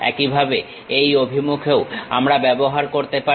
একইভাবে এই অভিমুখেও আমরা ব্যবহার করতে পারি